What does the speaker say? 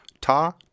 Ta